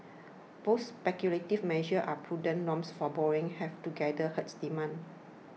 both speculative measures and prudent norms for borrowing have together hurts demand